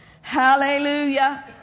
hallelujah